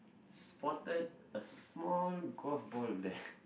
spotted a small golf ball there